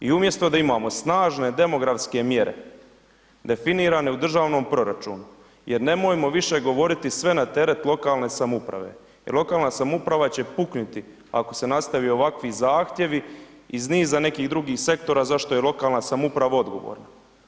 I umjesto da imamo snažne demografske mjere definirane u državnom proračunu jer nemojmo više govoriti sve na teret lokalne samouprave jer lokalna samouprava će puknuti ako se nastave ovakvi zahtjevi iz niza nekih drugih sektora zašto je lokalna samouprava odgovorna.